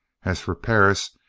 as for perris,